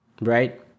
right